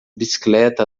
bicicleta